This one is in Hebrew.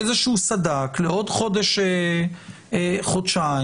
סד"כ לעוד חודש-חודשיים.